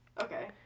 Okay